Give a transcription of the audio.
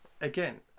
again